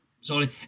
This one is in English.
sorry